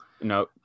No